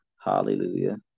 Hallelujah